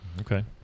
okay